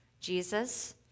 Jesus